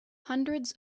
hundreds